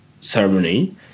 ceremony